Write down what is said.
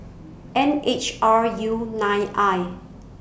N H R U nine I